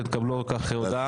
אתם תקבלו על כך הודעה.